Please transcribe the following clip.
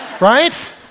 right